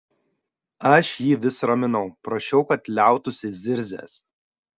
aš jį vis raminau prašiau kad liautųsi zirzęs